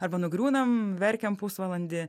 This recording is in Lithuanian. arba nugriūnam verkiam pusvalandį